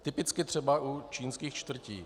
Typicky třeba u čínských čtvrtí.